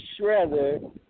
Shredder